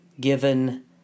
given